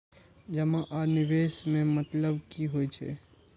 जमा आ निवेश में मतलब कि होई छै?